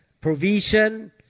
provision